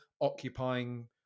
occupying